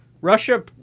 Russia